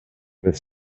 with